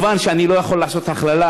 מובן שאני לא יכול לעשות הכללה,